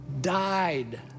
died